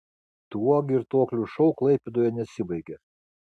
tuo girtuoklių šou klaipėdoje nesibaigė